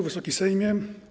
Wysoki Sejmie!